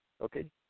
okay